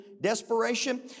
desperation